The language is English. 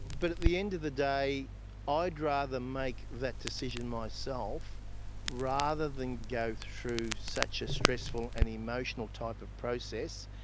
but at the end of the day i'd rather make that decision myself rather than go through such a stressful and emotional type of process.